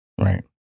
Right